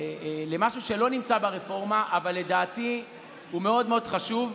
למשהו שלא נמצא ברפורמה אבל לדעתי הוא מאוד מאוד חשוב.